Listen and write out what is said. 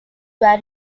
were